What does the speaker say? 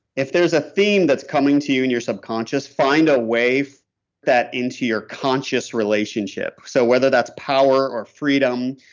if there's a theme that's coming to you in and your subconscious, find a way that into your conscious relationship. so whether that's power or freedom,